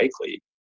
likely